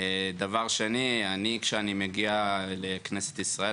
כשאני מגיע לכנסת ישראל,